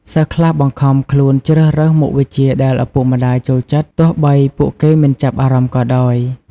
សិស្សខ្លះបង្ខំខ្លួនជ្រើសរើសមុខវិជ្ជាដែលឪពុកម្ដាយចូលចិត្ត ទោះបីពួកគេមិនចាប់អារម្មណ៍ក៏ដោយ។